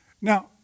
Now